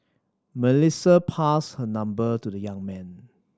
Melissa passed her number to the young man